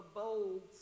bold